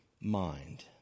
mind